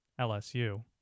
LSU